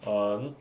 um